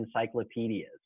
encyclopedias